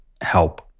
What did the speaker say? help